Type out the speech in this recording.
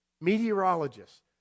meteorologists